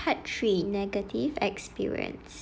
part three negative experience